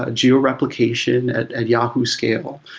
ah geo replication at at yahoo scale,